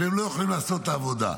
והם לא יוכלו לעשות את העבודה.